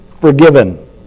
forgiven